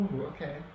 Okay